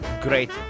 great